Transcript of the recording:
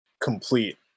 complete